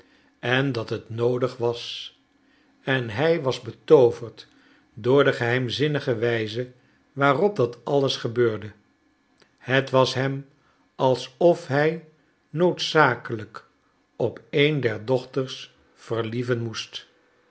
en dat het noodig was en hij was betooverd door de geheimzinnige wijze waarop dat alles gebeurde het was hem alsof hij noodzakelijk op een der dochters verlieven moest